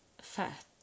fat